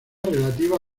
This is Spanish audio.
relativa